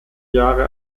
jahre